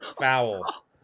Foul